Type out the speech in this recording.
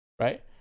right